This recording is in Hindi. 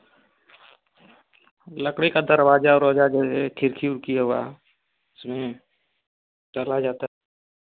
लकड़ी का दरवाज़ा उर्वाजा जो हैं खिड़की उड्की हुआ उसमें चला जाता